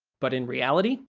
but in reality,